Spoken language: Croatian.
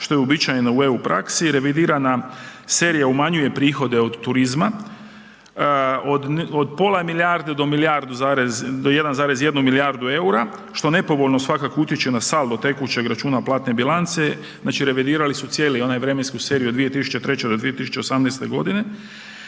što je uobičajeno u EU praksi, revidirana serija umanjuje prihode od turizma, od pola milijarde do milijardu zarez, do 1,1 milijardu EUR-a što nepovoljno svakako utječe na saldo tekućeg računa platne bilance. Znači revidirali su cijelu onu vremensku seriju od 2003. do 2018. godine.